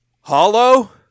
hollow